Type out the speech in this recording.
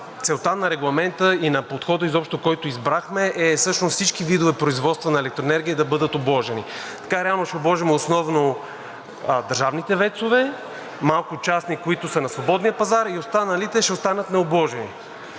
Целта на Регламента и на подхода изобщо, който избрахме, е всъщност всички видове производства на електроенергия да бъдат обложени, така реално ще обложим основно държавните ВЕЦ-ове, малко частни, които са на свободния пазар, и останалите ще останат необложени.